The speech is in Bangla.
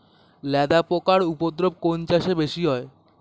লেদা পোকার উপদ্রব কোন চাষে বেশি হয়?